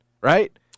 Right